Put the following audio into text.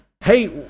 hey